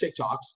TikToks